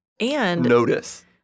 notice